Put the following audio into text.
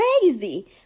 crazy